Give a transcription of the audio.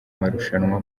marushanwa